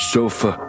Sofa